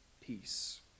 peace